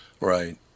Right